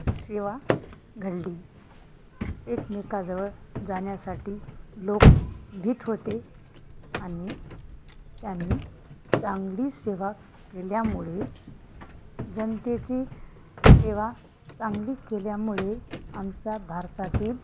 सेवा घडली एकमेकांजवळ जाण्यासाठी लोक भीत होते आणि त्यांनी चांगली सेवा केल्यामुळे जनतेची सेवा चांगली केल्यामुळे आमच्या भारतातील